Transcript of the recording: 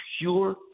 pure